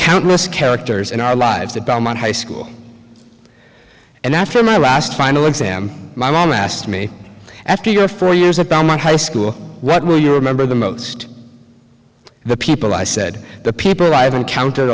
countless characters in our lives at belmont high school and after my last final exam my mom asked me after your four years about my high school what will you remember the most the people i said the people i've encountered